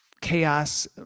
chaos